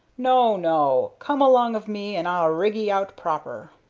no, no come along of me and i'll rig ee out proper.